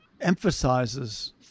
emphasizes